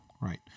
Right